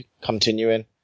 continuing